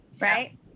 Right